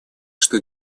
что